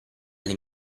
alle